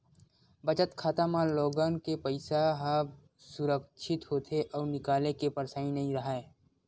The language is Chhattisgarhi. बचत खाता म लोगन के पइसा ह सुरक्छित होथे अउ निकाले के परसानी नइ राहय